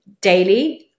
daily